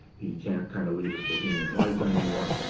he can't kind of lead this bohemian life anymore.